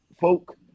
folk